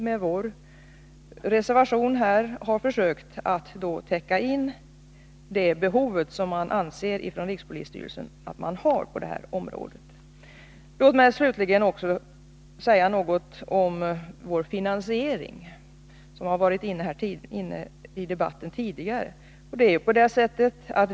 Med vår reservation har vi försökt täcka in det behov som rikspolisstyrelsen anser att man har på detta område. Låt mig slutligen också säga något om vår finansiering, som varit uppe i debatten tidigare.